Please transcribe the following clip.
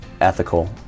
ethical